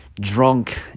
Drunk